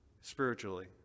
spiritually